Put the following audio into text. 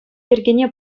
йӗркене